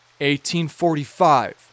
1845